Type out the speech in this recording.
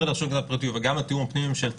לרשות להגנת הפרטיות וגם התיאום הפנים-ממשלתי.